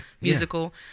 musical